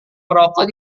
merokok